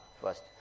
first